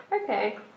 Okay